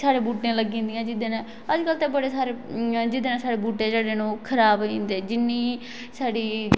साढ़े़ बूहटे उपर लग्गी जंदिया ही अजकल ते बडे़ सारे जेहदे कन्नै साढ़े बूहटे जेहडे़ ना ओह् खराव होई जंदे जिन्नी साढ़ी